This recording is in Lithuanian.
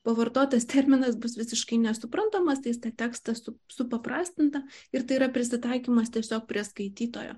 pavartotas terminas bus visiškai nesuprantamas tai jis tą tekstą su supaprastina ir tai yra prisitaikymas tiesiog prie skaitytojo